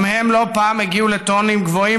גם הם לא פעם הגיעו לטונים גבוהים,